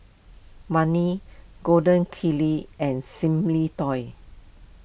Gold Kili and Simply Toys